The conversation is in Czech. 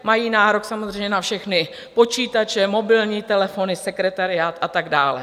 Mají nárok samozřejmě na všechny počítače, mobilní telefony, sekretariát a tak dále.